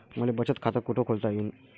मले बचत खाते कुठ खोलता येईन?